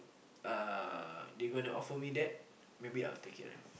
uh they gonna offer me that maybe I will take it lah